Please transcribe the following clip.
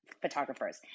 photographers